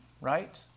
right